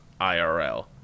IRL